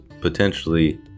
potentially